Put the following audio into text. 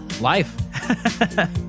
life